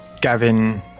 Gavin